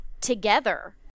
together